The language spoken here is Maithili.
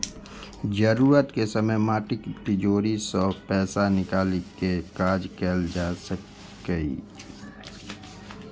जरूरत के समय माटिक तिजौरी सं पैसा निकालि कें काज कैल जा सकैए